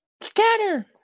Scatter